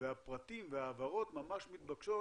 והפרטים וההעברות ממש מתבקשות